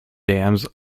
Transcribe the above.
dams